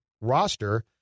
roster